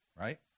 right